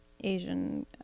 Asian